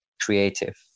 creative